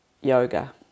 yoga